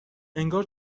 انگار